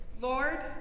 Lord